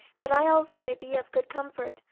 that i also may be of good comfort,